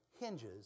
hinges